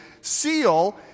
Seal